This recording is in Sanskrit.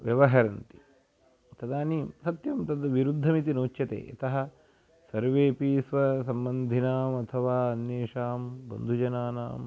व्यवहरन्ति तदानीं सत्यं तत् विरुद्धमिति नोच्यते यतः सर्वेपि स्वसम्बन्धिनाम् अथवा अन्येषां बन्धुजनानां